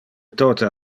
tote